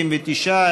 59,